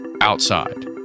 outside